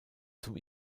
zum